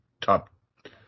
top